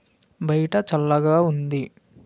బయట చల్లగా ఉంది